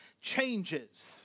changes